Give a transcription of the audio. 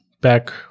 back